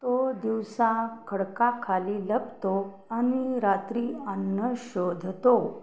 तो दिवसा खडकाखाली लपतो आणि रात्री अन्न शोधतो